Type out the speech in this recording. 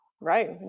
Right